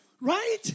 Right